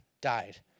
died